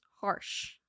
harsh